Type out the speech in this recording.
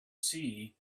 see